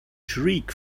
shriek